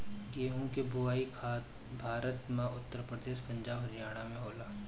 गेंहू के बोआई भारत में उत्तर प्रदेश, पंजाब, हरियाणा में होला